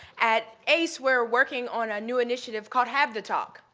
at ace, we're working on a new initiative called have the talk.